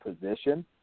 position